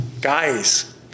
guys